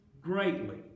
greatly